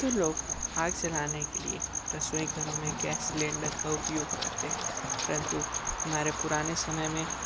अब तो लोग आग जलाने के लिए रसोई घरों में गैस सिलेंडर का उपयोग करते हैं परन्तु हमारे पुराने समय में